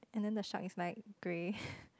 and then the shark is like grey